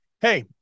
hey